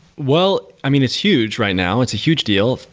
well, i mean it's huge right now. it's a huge deal.